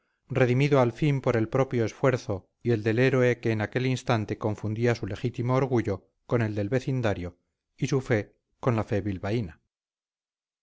redimido al fin por el propio esfuerzo y el del héroe que en aquel instante confundía su legítimo orgullo con el del vecindario y su fe con la fe bilbaína hasta